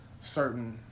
certain